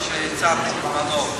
מה שהצעתי בזמנו.